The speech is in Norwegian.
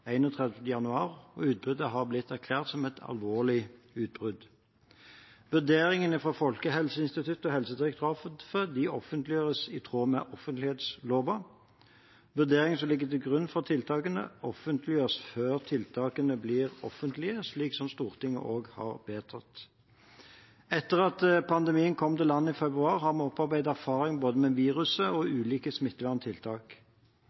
januar, og utbruddet er blitt erklært som et alvorlig utbrudd. Vurderingene til Folkehelseinstituttet og Helsedirektoratet offentliggjøres i tråd med offentlighetsloven. Vurderingen som ligger til grunn for tiltakene, offentliggjøres før tiltakene blir offentlige, slik Stortinget også har vedtatt. Etter at pandemien kom til landet i februar, har vi opparbeidet oss erfaring med både viruset og